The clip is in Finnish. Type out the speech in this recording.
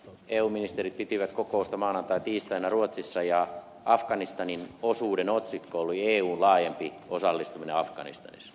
eu ministerit pitivät kokousta maanantaina ja tiistaina ruotsissa ja afganistanin osuuden otsikko oli eun laajempi osallistuminen afganistanissa